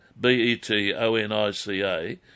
B-E-T-O-N-I-C-A